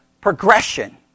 progression